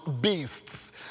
beasts